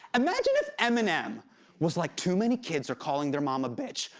imagine if eminem was like, too many kids are calling their mom a bitch.